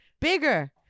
bigger